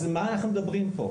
אז על מה אנחנו מדברים פה?